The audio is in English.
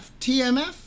TMF